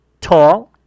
tall